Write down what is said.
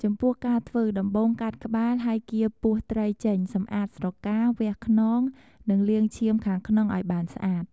ចំពោះការធ្វើ ដំបូងកាត់ក្បាល ហើយកៀរពោះត្រីចេញ សម្អាតស្រកា វះខ្នង និងលាងឈាមខាងក្នុងឱ្យបានស្អាត។